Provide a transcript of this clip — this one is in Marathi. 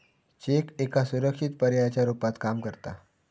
चेक एका सुरक्षित पर्यायाच्या रुपात काम करता